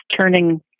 turning